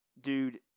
dude